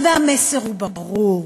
והמסר הוא ברור,